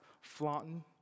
flaunting